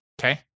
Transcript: Okay